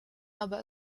aber